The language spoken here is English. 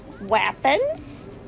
Weapons